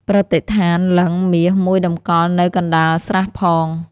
ប្រតិស្ឋានលិង្គមាសមួយតម្កល់នៅកណ្ដាលស្រះផង